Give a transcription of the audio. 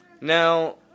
Now